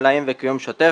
מלאים וקיום שוטף.